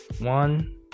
one